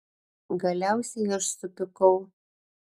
galiausiai aš supykau